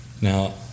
Now